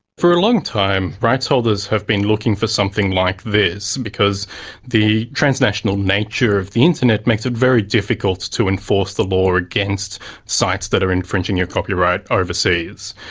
for a long time rights holders have been looking for something like this because the transnational nature of the internet makes it very difficult to enforce the law against sites that are infringing your copyright overseas.